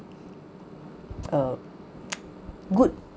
uh good